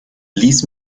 ließ